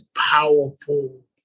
powerful